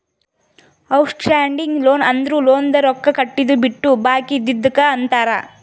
out standing loan ಅಂದುರ್ ಲೋನ್ದು ರೊಕ್ಕಾ ಕಟ್ಟಿದು ಬಿಟ್ಟು ಬಾಕಿ ಇದ್ದಿದುಕ್ ಅಂತಾರ್